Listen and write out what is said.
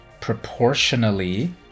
proportionally